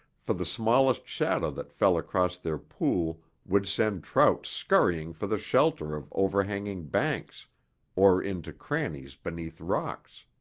for the smallest shadow that fell across their pool would send trout scurrying for the shelter of overhanging banks or into crannies beneath rocks.